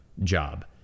job